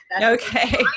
Okay